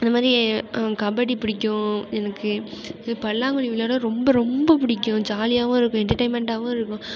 அந்த மாதிரி கபடி பிடிக்கும் எனக்கு இது பல்லாங்குழி விளையாட ரொம்ப ரொம்ப பிடிக்கும் ஜாலியாகவும் இருக்கும் என்டர்டெயின்மென்ட்டாகவும் இருக்கும்